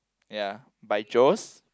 ya by Joe's